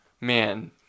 Man